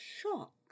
shock